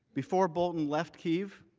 before bolton left kiev,